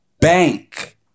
Bank